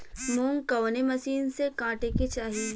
मूंग कवने मसीन से कांटेके चाही?